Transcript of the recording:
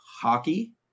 hockey